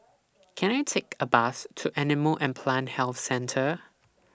Can I Take A Bus to Animal and Plant Health Centre